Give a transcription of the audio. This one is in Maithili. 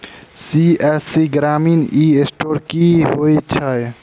सी.एस.सी ग्रामीण ई स्टोर की होइ छै?